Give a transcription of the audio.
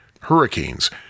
hurricanes